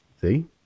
See